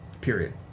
period